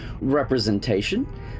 representation